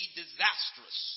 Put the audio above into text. disastrous